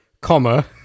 comma